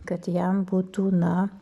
kad jam būtų na